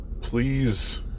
please